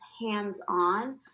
hands-on